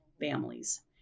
families